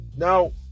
Now